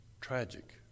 tragic